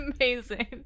Amazing